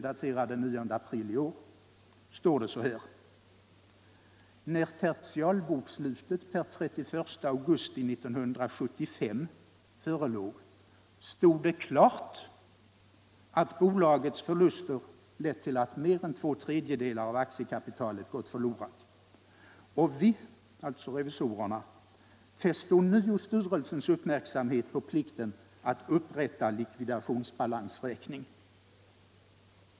daterad den 9 april i år, står det: "När tertialbokstlutet per 31 augusti 1975 förelåg stod det klart att bolagets förluster lett ull av mer än 2/3 av aktiekapitalet gått förlorat och vi” — alltså revisorerna - "fäste ånvo styrelsens uppmärksamhet på plikten att upprätta likvidationsbalansräkning.